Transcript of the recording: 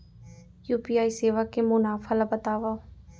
UPI सेवा के मुनाफा ल बतावव?